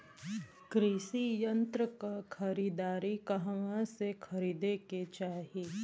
कृषि यंत्र क खरीदारी कहवा से खरीदे के चाही?